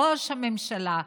ראש הממשלה.